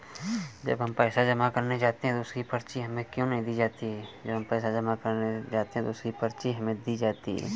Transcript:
जब हम पैसे जमा करने जाते हैं तो उसकी पर्ची हमें क्यो नहीं दी जाती है?